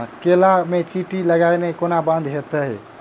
केला मे चींटी लगनाइ कोना बंद हेतइ?